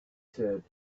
said